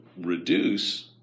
reduce